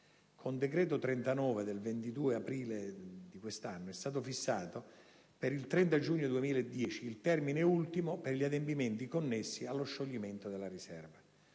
Con decreto n. 39 del 22 aprile 2010, è stato fissato per il 30 giugno 2010 il termine ultimo per gli adempimenti connessi allo scioglimento della riserva.